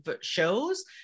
shows